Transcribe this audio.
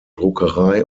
druckerei